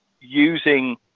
using